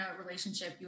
relationship